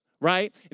right